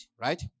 right